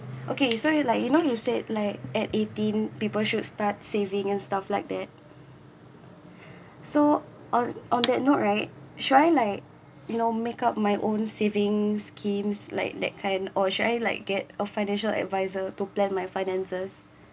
okay so you like you know you said like at eighteen people should start saving and stuff like that so on on that note right should I like you know make up my own saving schemes like that kind or should I like get a financial adviser to plan my finances